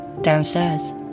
downstairs